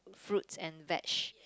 fruits and vege